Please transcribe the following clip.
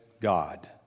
God